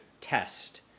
test